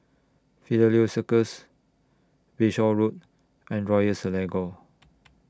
Fidelio Circus Bayshore Road and Royal Selangor